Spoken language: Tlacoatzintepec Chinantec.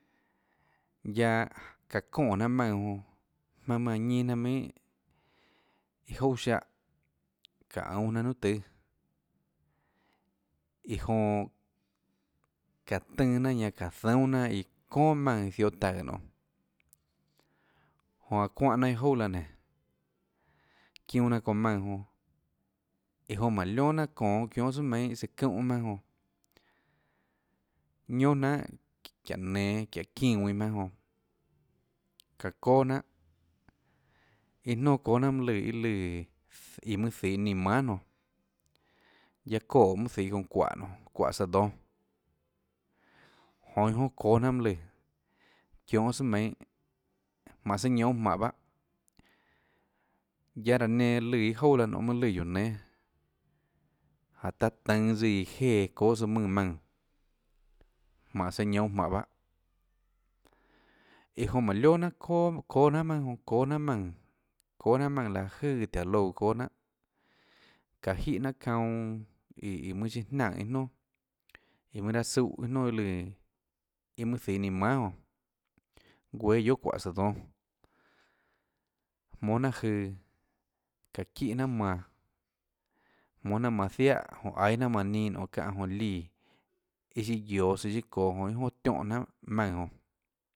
Guiaâ çaã çonè jnanà maùnã jonã jmaønâ mønâ ñinâ jnanà minhà iâ jouà ziáhã çaã únâ jnanà niunà tùâ iã jonã çaã tønã jnanà ñanã çaã zuùnâ iã çóà maùnã ziohå taùå nonê jonã aã çuáhã jnanà iâ jouà laã nénå çiunâ jnanà çounã maùnã jonã iã jonã máhå liónà jnanà iã çonå çionhâ tsùà meinhâ tsøã çúhã jmaønâ jonã ñiónà jnanhà çíahå nenå çíahå çínã ðuinã jmaønâ jonã çaã çóà jnanhà iâ nonà çóâ jnanhà mønã lùã iâ lùã iã mønâ zihå nínã manhà guiaâ çoè jonã mønâ zihå çounã çuáhå nionê çuáhå saã dónâ jonã iâ jonà ðóâ jnanhà mønâ lùã çionhâ tsùà meinhâ jmánhå søã ñounhå jmánhå pahâ guiaâ raã nenã lùã iâ jouà laã nionê mønâ lùã guióå nénâ jáhå taã tønå tsøã iã jéã çóâ tsøã mùnã maùnã jmánhå søã ñounhå jmánhå pahâ iã jonã máhå lióà jnanhà çóà çóâ jnanhà maønâ jonã çóâ jnanhà maónã çóâ jnanhà maùnã láhå jøè tùhå aã loúã çóâ jnanhà çáå jíhà jnanhà çaunâ iå iå mønâ chiâ jnanè iâ nonà iã mønâ raâ súhå iâ nonà iâ lùã iâ mønâ zihå nínã mahà jonã guéâ guiohà çuáhå søã dónâ jmónâ jnanhà jøã çaã çíhà jnanhà manã jmónâ jnanhà manã ziáhà jonã jonã aíâ jnanhà manã ninâ nionê çáhã jonã líã iâ siâ guioå søã siâ çoå jonã iâ jonà tióhã jnanhà maùnã jonã.